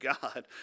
God